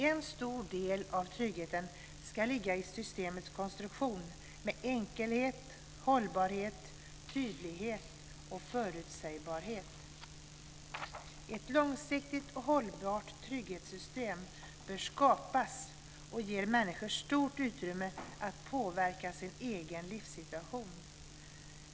En stor del av tryggheten ska ligga i systemets konstruktion med enkelhet, hållbarhet, tydlighet och förutsägbarhet. Ett långsiktigt och hållbart trygghetssystem bör skapas som ger människor stort utrymme att påverka sin egen livssituation.